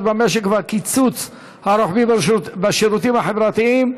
במשק והקיצוץ הרוחבי בשירותים החברתיים,